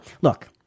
look